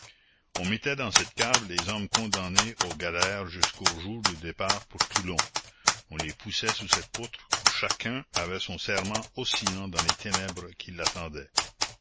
on mettait dans cette cave les hommes condamnés aux galères jusqu'au jour du départ pour toulon on les poussait sous cette poutre où chacun avait son serrement oscillant dans les ténèbres qui l'attendait